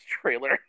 trailer